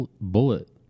bullet